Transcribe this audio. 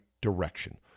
direction